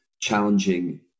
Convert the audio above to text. challenging